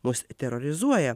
mus terorizuoja